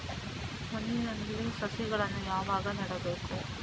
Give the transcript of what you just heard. ಮಣ್ಣಿನಲ್ಲಿ ಸಸಿಗಳನ್ನು ಯಾವಾಗ ನೆಡಬೇಕು?